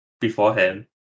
beforehand